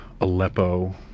Aleppo